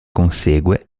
consegue